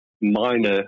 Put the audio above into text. minor